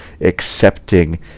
accepting